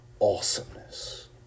awesomeness